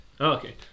Okay